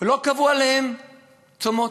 ולא קבעו עליהם צומות.